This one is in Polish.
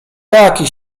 taki